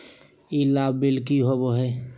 ई लाभ बिल की होबो हैं?